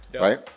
right